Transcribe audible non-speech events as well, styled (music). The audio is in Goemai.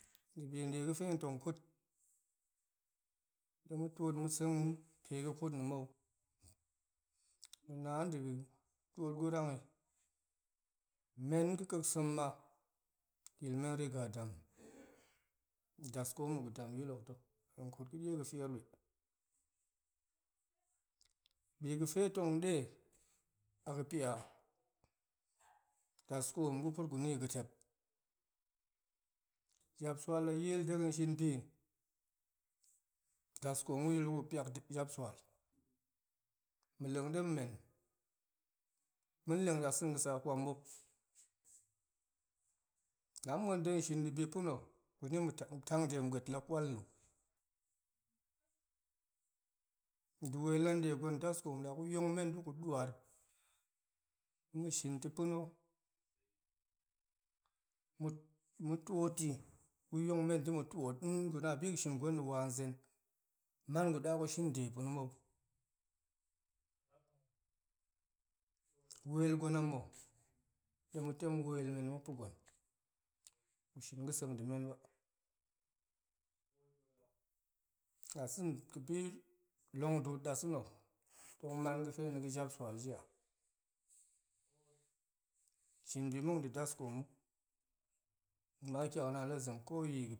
Debi de ga̱fe tong kut de ma̱ tiot ma̱ seng pe ga̱ kut na̱ mou nadebi tiot gu rangi men ga̱ ƙa̱a̱k sem ma yilmen rega dam daskoom gu damyil to hen kut ga̱die ga̱feir ɓe bi ga̱fe tong de aga̱pia daskoom gu kut guni aga̱tep japsual la yil dega̱ shin bi daskoom tong guyil degu piak japsual ma̱ lemg demmen ma̱ leng dasa̱ a ga̱sa kwam ɓop la muan de ga̱ shin debi pa̱na̱ kuni ma̱ tang de ga̱ ɓoet la kwal lu dewel la de gwen daskoom da gu yong men degu duar ma̱shin to pa̱na̱ ma̱ ma̱ tioti gu yong men dema̱ tiot (hesitation) guna bi ga̱shin gwen na̱ wazen man guɗa gu shin de pa̱na̱ mou wel gwen a mou dema̱ tem welmeni ma̱pa̱ gwen gushin ga̱sek demen ba dasa̱na̱ ga̱bi long duut dasa̱ tong man ga̱fe jiga̱ japsual ji a shin bi muk de daskoom muk ama tiak naan la zem ko yee,